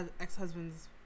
ex-husband's